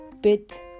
bit